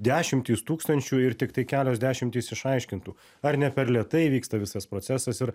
dešimtys tūkstančių ir tiktai kelios dešimtys išaiškintų ar ne per lėtai vyksta visas procesas ir